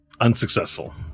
Unsuccessful